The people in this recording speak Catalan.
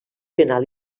penal